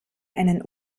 einen